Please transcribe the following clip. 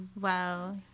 Wow